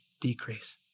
decrease